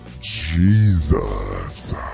Jesus